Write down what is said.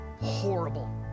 horrible